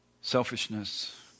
selfishness